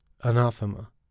anathema